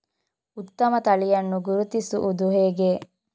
ಉತ್ತಮ ತಳಿಯನ್ನು ಗುರುತಿಸುವುದು ಹೇಗೆ?